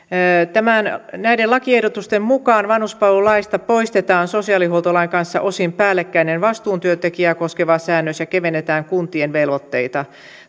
näiden lakiehdotusten mukaan vanhuspalvelulaista poistetaan sosiaalihuoltolain kanssa osin päällekkäinen vastuutyöntekijää koskeva säännös ja kevennetään kuntien velvoitteita